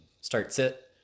start-sit